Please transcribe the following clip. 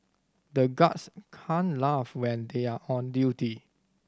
the guards can't laugh when they are on duty